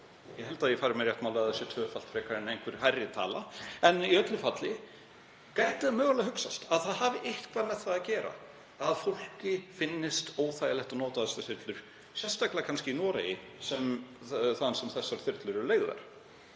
ég held að ég fari með rétt mál að það sé tvöfaldað frekar en eitthvað meira. En í öllu falli: Gæti það mögulega hugsast að það hafi eitthvað með það að gera að fólki finnist óþægilegt að nota þessar þyrlur, sérstaklega kannski í Noregi, þar sem þessar þyrlur eru leigðar.